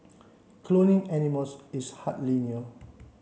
cloning animals is hardly new